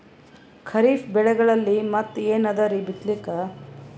ಖರೀಫ್ ಬೆಳೆಗಳಲ್ಲಿ ಮತ್ ಏನ್ ಅದರೀ ಬಿತ್ತಲಿಕ್?